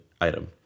item